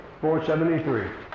473